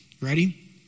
ready